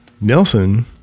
Nelson